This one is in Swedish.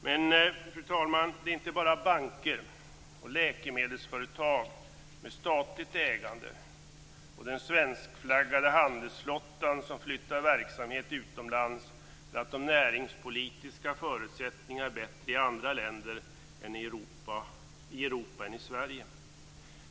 Det är inte bara banker och läkemedelsföretag med statligt ägande och den svenskflaggade handelsflottan som flyttar verksamhet utomlands för att de näringspolitiska förutsättningarna är bättre i andra länder i Europa än i Sverige.